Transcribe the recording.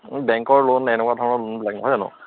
বেংকৰ লোন এনেকুৱা ধৰণৰ লোনবিলাক নহয় জানো